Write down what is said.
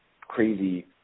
crazy